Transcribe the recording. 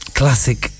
classic